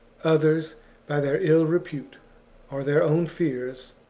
others by their ill repute or their own fears,